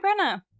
brenna